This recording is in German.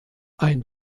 ein